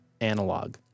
analog